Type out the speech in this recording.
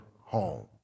home